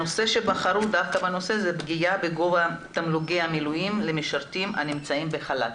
הנושא שבחרו הוא פגיעה בגובה תמלוגי המילואים למשרתים הנמצאים בחל"ת.